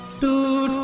to